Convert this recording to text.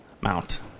mount